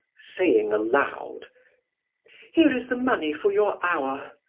saying aloud here is the money for your hour.